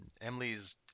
Emily's